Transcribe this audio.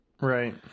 Right